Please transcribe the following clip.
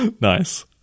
Nice